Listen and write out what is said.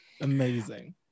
amazing